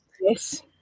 Yes